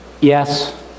yes